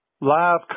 live